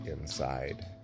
inside